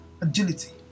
agility